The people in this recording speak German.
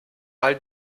all